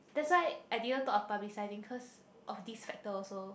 that's why I didn't thought of publicizing cause of this factor also